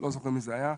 לא זוכר מי זה היה,